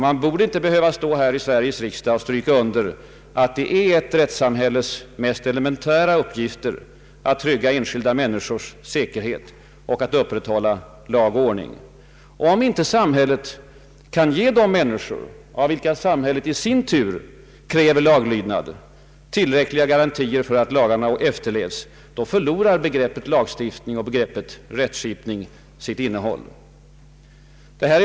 Man borde inte behöva stå här i Sveriges riksdag och stryka under att det är ett rättssamhälles mest elementära uppgifter att trygga enskilda människors säkerhet och att upprätthålla lag och ordning. Om inte samhället kan ge de människor, av vilka samhället i sin tur kräver laglydnad, tillräckliga garantier för att lagarna efterlevs, förlorar begreppet lagstiftning och begreppet rättsskipning sitt innehåll.